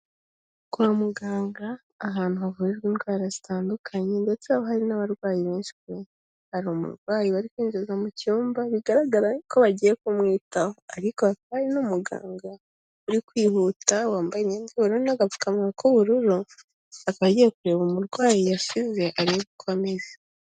Kwa muganga ahantu havurwa indwara zitandukanye ndetse hari n'abarwayi benshi pe. Hari umurwayi bari kwinjiza mu cyumba, bigaragara ko bagiye kumwitaho, ariko hari n'umuganga uri kwihuta wambaye imyenda y'ubururu, agapfikamunwa k'ubururu akaba giye kureba umurwayi yasize arebe uko ameze.